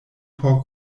por